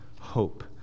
hope